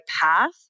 path